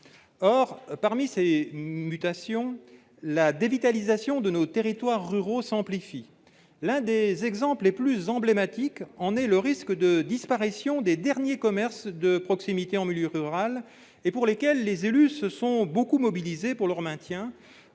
Or, parmi ces mutations, la dévitalisation de nos territoires ruraux s'amplifie. L'un des exemples les plus emblématiques en est le risque de disparition des derniers commerces de proximité en milieu rural, pour le maintien desquels les élus se sont beaucoup mobilisés, en amenant